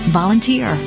volunteer